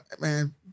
man